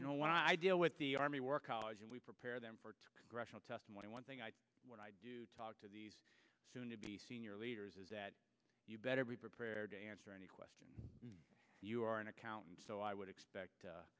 you know when i deal with the army war college and we prepare them for to congressional testimony one thing i do when i talk to these soon to be senior leaders is that you better be prepared to answer any question you are an accountant so i would expect